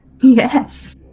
Yes